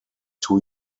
two